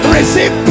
Receive